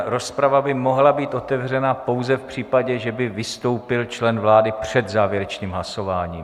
Rozprava by mohla být otevřena pouze v případě, že by vystoupil člen vlády před závěrečným hlasováním.